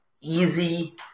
easy